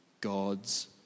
God's